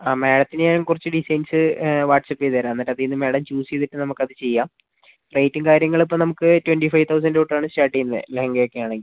ആ മാഡത്തിന് ഞാൻ കുറച്ച് ഡിസൈൻസ് വാട്സപ്പ് ചെയ്ത് തരാം എന്നിട്ട് അതിൽ നിന്ന് മേഡം ചൂസ് ചെയ്തിട്ട് നമുക്ക് അത് ചെയ്യാം റേറ്റും കാര്യങ്ങളും അപ്പം നമുക്ക് ട്വന്റി ഫൈവ് തൗസൻഡ് തൊട്ടാണ് സ്റ്റാർട്ട് ചെയ്യുന്നത് ലെഹങ്ക ഒക്കെ ആണെങ്കിൽ